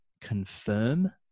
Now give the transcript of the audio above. confirm